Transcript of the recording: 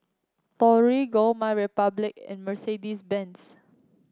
Torigo MyRepublic and Mercedes Benz